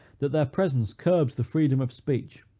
that their presence curbs the freedom of speech,